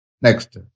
Next